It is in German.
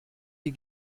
die